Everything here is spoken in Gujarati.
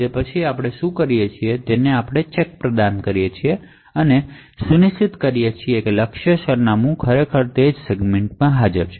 તે પછી આપણે શું કરીએ છીએ તે આપણે ચેક કરીએ છીએ અને તે સુનિશ્ચિત કરીએ છીએ કે ટાર્ગેટ સરનામું તે જ સેગમેન્ટમાં હાજર છે